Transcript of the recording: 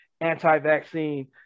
anti-vaccine